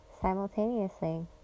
simultaneously